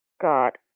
God